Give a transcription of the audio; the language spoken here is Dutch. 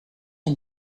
een